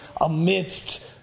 amidst